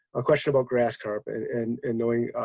a question about grass carp and and and knowing,